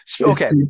Okay